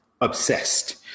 Obsessed